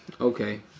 Okay